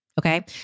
Okay